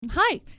hi